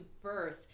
birth